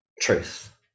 truth